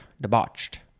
debauched